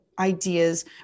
ideas